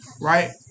Right